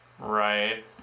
Right